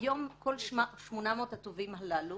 היום כל 800 התובעים הללו